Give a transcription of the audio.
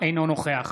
אינו נוכח